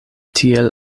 tiel